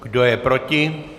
Kdo je proti?